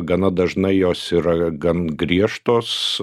gana dažnai jos yra gan griežtos